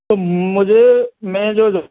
तो मुझे मैं जो